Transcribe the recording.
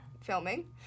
Filming